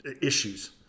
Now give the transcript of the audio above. issues